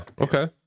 okay